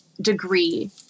degree